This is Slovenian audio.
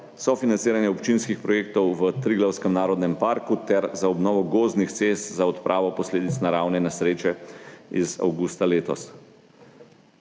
sofinanciranje občinskih projektov v Triglavskem narodnem parku ter za obnovo gozdnih cest za odpravo posledic naravne nesreče iz avgusta letos.